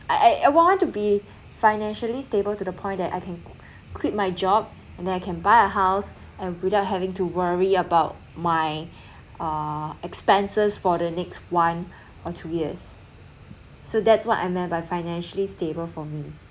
I I want to be financially stable to the point that I can quit my job and then I can buy a house and without having to worry about my uh expenses for the next one or two years so that's what I meant by financially stable for me